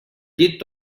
llit